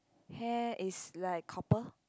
hair is like copper